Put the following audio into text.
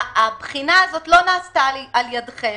הבחינה הזאת לא נעשתה על ידיכם.